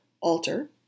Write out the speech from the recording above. alter